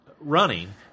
running